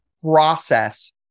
process